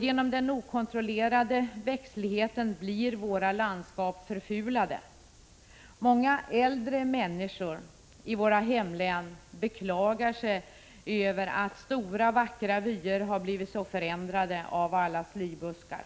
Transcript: Genom den okontrollerade växtligheten blir våra landskap förfulade. Många äldre människor i våra hemlän beklagar sig över att stora, vackra vyer har blivit mycket förändrade av alla slybuskar.